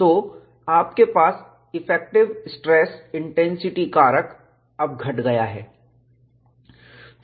तो आपके पास इफेक्टिव स्ट्रेस इंटेंसिटी कारक अब घट गया है